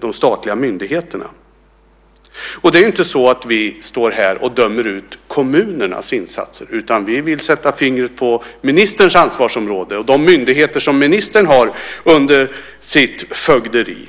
de statliga myndigheterna. Det är inte så att vi står här och dömer ut kommunernas insatser, utan vi vill sätta fingret på ministerns ansvarsområde och de myndigheter som ministern har under sitt fögderi.